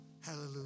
Hallelujah